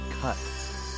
cut